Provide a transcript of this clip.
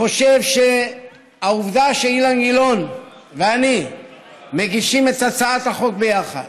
חושב שהעובדה שאילן גילאון ואני מגישים את הצעת החוק ביחד,